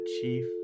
chief